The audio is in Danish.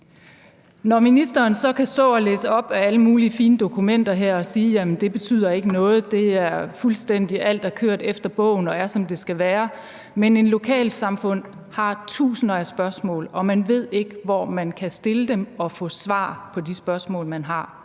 Ministeren kan så stå og læse op af alle mulige fine dokumenter her og sige, at det ikke betyder noget, og at alt er kørt fuldstændig efter bogen og er, som det skal være, men et lokalsamfund har tusinder af spørgsmål, og man ved ikke, hvor man kan stille dem og få svar på de spørgsmål, man har.